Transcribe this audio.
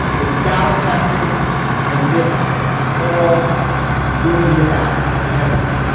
it's battle testing and this all will be a battle ahead of you.